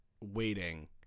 waiting